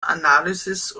analysis